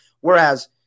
whereas –